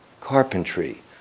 carpentry